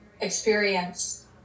experience